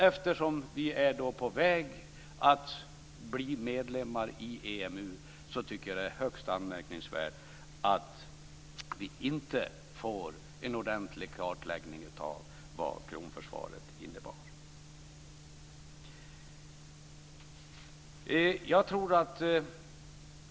Eftersom vi är på väg att bli medlemmar i EMU tycker jag att det är högst anmärkningsvärt att vi inte får en ordentlig kartläggning av vad kronförsvaret innebar.